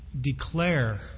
declare